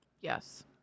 Yes